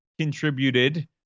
contributed